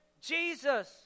Jesus